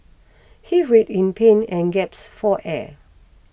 he writhed in pain and gaps for air